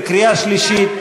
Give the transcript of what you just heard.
בקריאה שלישית.